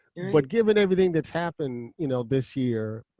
but given everything that's happened you know this year,